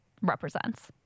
represents